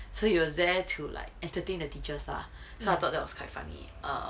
so he was there to like entertain the teachers lah so I thought that was quite funny um